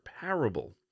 Parable